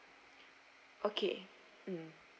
okay mm